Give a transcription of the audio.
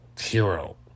hero